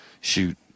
shoot